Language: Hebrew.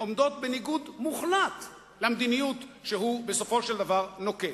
שעומדות בניגוד מוחלט למדיניות שהוא בסופו של דבר נוקט.